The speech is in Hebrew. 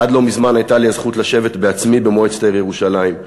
עד לא מזמן הייתה לי הזכות לשבת בעצמי במועצת העיר ירושלים,